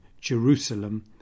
Jerusalem